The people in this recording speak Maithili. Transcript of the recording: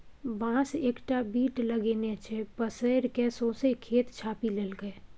बांस एकटा बीट लगेने छै पसैर कए सौंसे खेत छापि लेलकै